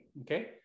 okay